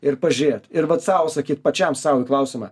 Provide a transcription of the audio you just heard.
ir pažiūrėt ir vat sau sakyt pačiam sau į klausimą